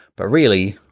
but really,